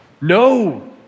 No